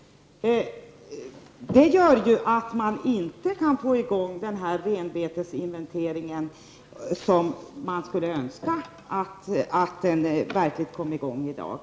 Det gör ju att den renbetesinventering som man verkligen önskar få i gång inte sker. Detta är några av de åtgärder som kan vidtas.